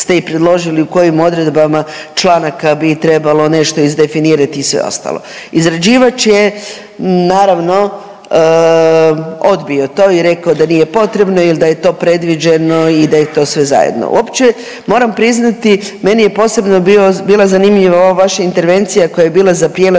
ste i predložili u kojim odredbama članaka bi trebalo nešto izdefinirati i sve ostalo. Izrađivač je naravno odbio to i rekao da nije potrebno jel da je to predviđeno i da je to sve zajedno. Uopće moram priznati meni je posebno bila zanimljiva ova vaša intervencija koja je bila za prijelazne